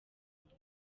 buntu